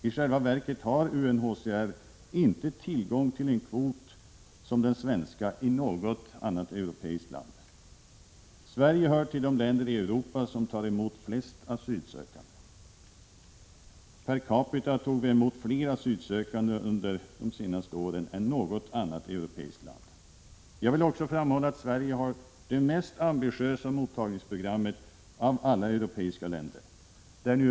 I själva verket har UNHCR inte tillgång till en kvot som den svenska i något annat europeiskt land. Sverige hör till de länder i Europa som tar emot flest asylsökande. Räknat per capita har vi under de senaste åren tagit emot fler asylsökande än något annat europeiskt land. Jag vill också framhålla att Sverige har det mest ambitiösa mottagningsprogrammet av alla europeiska länder.